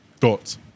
thoughts